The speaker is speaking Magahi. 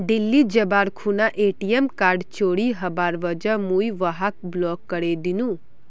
दिल्ली जबार खूना ए.टी.एम कार्ड चोरी हबार वजह मुई वहाक ब्लॉक करे दिनु